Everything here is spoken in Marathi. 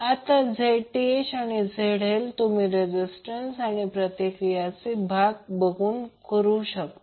आता Zth आणि ZL तुम्ही रेझीस्टंस आणि प्रतिक्रिया चे भाग करू शकता